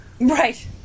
Right